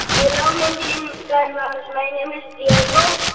hello, mindy and guy raz. my name is diego.